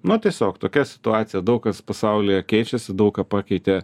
na tiesiog tokia situacija daug kas pasaulyje keičiasi daug ką pakeitė